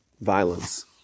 violence